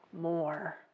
more